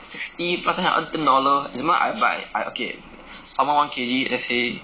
sixty but then I earn ten dollar nevermind but I I okay salmon one K_G let's say